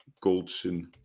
Goldson